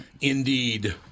Indeed